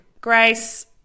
Grace